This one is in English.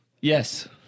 Yes